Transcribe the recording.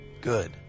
Good